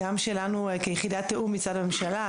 גם שלנו כיחידת תאום מצד הממשלה,